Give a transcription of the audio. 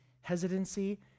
hesitancy